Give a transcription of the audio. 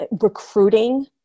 recruiting